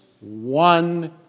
one